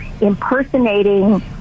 impersonating